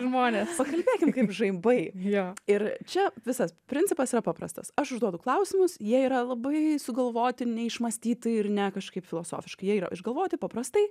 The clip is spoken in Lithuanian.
žmonės pakalbėkim kaip žaibai jo ir čia visas principas yra paprastas aš užduodu klausimus jie yra labai sugalvoti neišmąstyti ir ne kažkaip filosofiškai jie yra išgalvoti paprastai